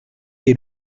est